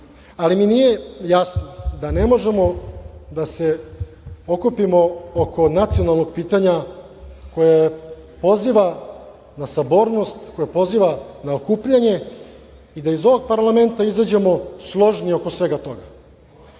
Ali mi nije jasno da ne možemo da se okupimo oko nacionalnog pitanje koje poziva na sabornost, koje poziva na okupljanje i da iz ovog parlamenta izađemo složni oko svega